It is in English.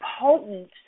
potent